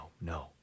no